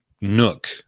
nook